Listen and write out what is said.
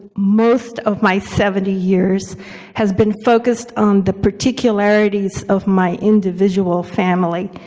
most of my seventy years has been focused on the particularities of my individual family.